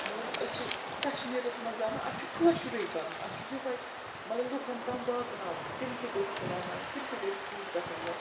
مطلب أسۍ چھِ کَشمیٖرَس منٛز زامہٕ اَسہِ چھُ کٲشرُے کَرُن اَسہِ چھُ یوٚہَے مطلب لُکَن تام واتناوُن تِم تہِ گژھِ تھوڑا وَنٕنۍ تِم تہِ گژھِ خۄش گَژھٕنۍ زَن